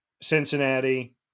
Cincinnati